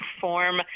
form